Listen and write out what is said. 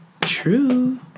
True